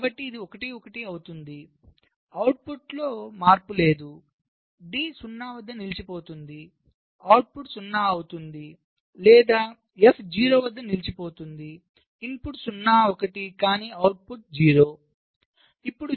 కాబట్టి ఇది 1 1 అవుతుంది అవుట్పుట్లో మార్పు లేదు D 0 వద్ద నిలిచిపోతుంది అవుట్పుట్ 0 అవుతుంది లేదా F 0 వద్ద నిలిచిపోతుంది ఇన్పుట్ 0 1 కానీ అవుట్పుట్ 0